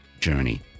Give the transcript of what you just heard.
journey